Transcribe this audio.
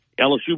LSU